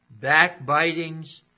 backbitings